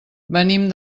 venim